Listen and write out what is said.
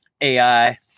AI